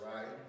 Right